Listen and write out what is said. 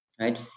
right